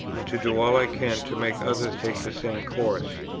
and to do all i can to make others take the same course.